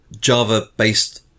Java-based